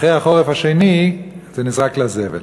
אחרי החורף השני זה נזרק לזבל.